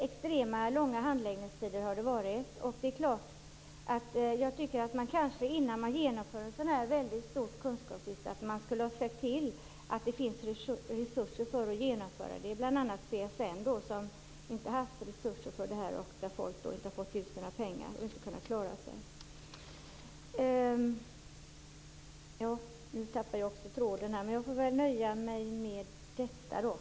Extremt långa handläggningstider har det varit. Jag tycker att man innan man genomförde ett sådant här stort kunskapslyft skulle ha sett till att det fanns resurser för att genomföra det. Det gäller bl.a. CSN, som inte har haft resurser för detta, vilket har inneburit att folk inte har fått ut sina pengar och inte har kunnat klara sig.